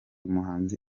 muhanzi